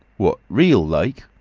what, real like?